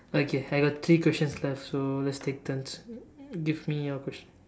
okay I got three questions left so let's take turns give me your question